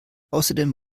außerdem